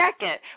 second